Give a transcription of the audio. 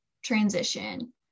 transition